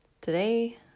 Today